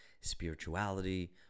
spirituality